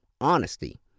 honesty